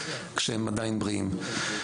כשהם עדיין בריאים.